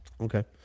Okay